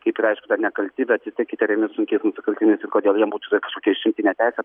kaip ir aišku dar nekalti bet vistiek įtariami sunkais nusikaltimais ir kodėl jiem būtų čia kažkokia išimtinė teisė